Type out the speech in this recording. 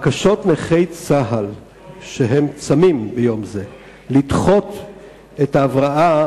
בקשות נכי צה"ל שצמים ביום זה לדחות את ההבראה